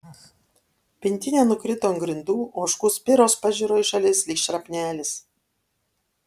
pintinė nukrito ant grindų ožkų spiros pažiro į šalis lyg šrapnelis